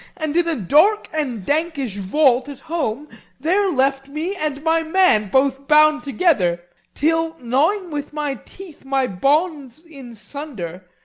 and in a dark and dankish vault at home there left me and my man, both bound together till, gnawing with my teeth my bonds in sunder,